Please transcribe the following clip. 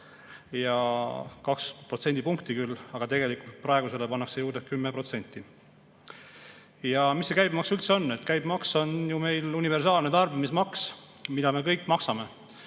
Kaks protsendipunkti küll, aga tegelikult praegusele pannakse juurde 10%. Mis see käibemaks üldse on? Käibemaks on universaalne tarbimismaks, mida me kõik maksame.